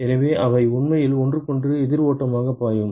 எனவே அவை உண்மையில் ஒன்றுக்கொன்று எதிர் ஓட்டமாக பாயும்